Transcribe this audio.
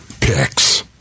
picks